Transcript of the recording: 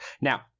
Now